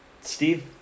Steve